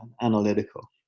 analytical